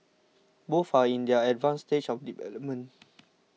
both are in their advanced stage of development